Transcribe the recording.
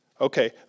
okay